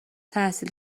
تحصیل